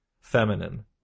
feminine